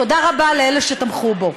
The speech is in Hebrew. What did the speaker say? תודה רבה לאלה שתמכו בו.